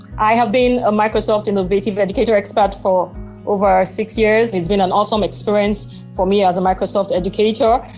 i have been a microsoft innovative educator expert for over six years. it's been an awesome experience for me as a microsoft educator.